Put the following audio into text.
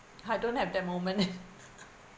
I don't have that moment